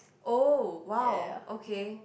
oh !wow! okay